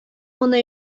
моны